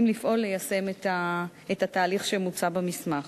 לפעול ליישם את התהליך שמוצע במסמך.